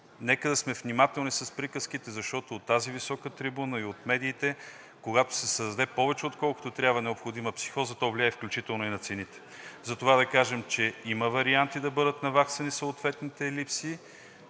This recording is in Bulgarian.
нека да сме внимателни с приказките, защото от тази висока трибуна и от медиите, когато се създаде повече, отколкото трябва необходима психоза, то влияе включително и на цените. Затова да кажем, че има варианти да бъдат наваксани съответните липси.